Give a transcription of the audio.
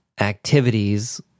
activities